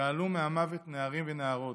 גאלו מהמוות נערים ונערות,